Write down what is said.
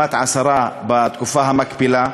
לעומת עשרה בתקופה המקבילה.